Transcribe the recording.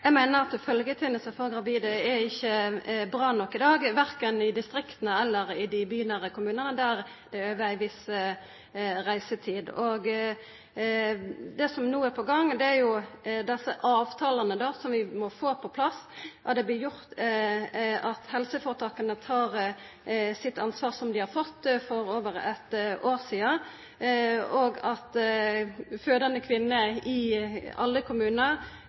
Eg meiner at følgjetenesta for gravide ikkje er bra nok i dag, verken i distrikta eller i dei bynære kommunane der det er ei viss reisetid. Det som no er på gang, er desse avtalane som vi må få på plass, at helseforetaka tek det ansvaret som dei fekk for over eitt år sidan, og at fødande kvinner i alle kommunar